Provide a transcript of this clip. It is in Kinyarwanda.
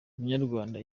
munyarwanda